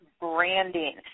branding